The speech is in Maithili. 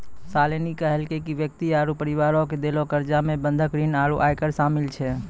शालिनी कहलकै कि व्यक्ति आरु परिवारो के देलो कर्जा मे बंधक ऋण आरु आयकर शामिल छै